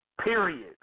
Period